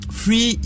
free